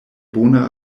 bona